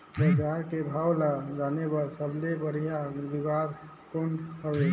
बजार के भाव ला जाने बार सबले बढ़िया जुगाड़ कौन हवय?